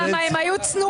למה הם היו צנועים.